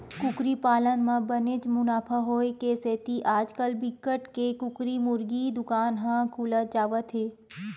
कुकरी पालन म बनेच मुनाफा होए के सेती आजकाल बिकट के कुकरी मुरगी दुकान ह खुलत जावत हे